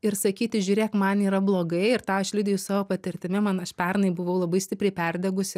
ir sakyti žiūrėk man yra blogai ir tą aš liudiju savo patirtimi man aš pernai buvau labai stipriai perdegus ir